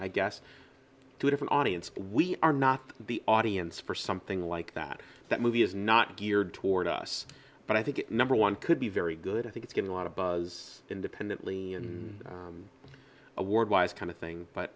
i guess to a different audience we are not the audience for something like that that movie is not geared toward us but i think number one could be very good i think getting a lot of buzz independently award wise kind of thing but